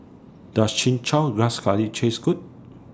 Does Chin Chow Grass Curry Taste Good